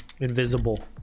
Invisible